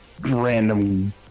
random